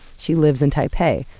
she lives in taipei,